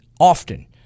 often